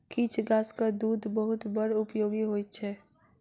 किछ गाछक दूध बड़ उपयोगी होइत छै